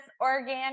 organic